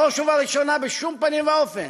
בראש ובראשונה, בשום פנים ואופן